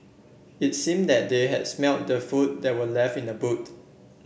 it seem that they had smelt the food that were left in the boot